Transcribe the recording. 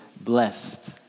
blessed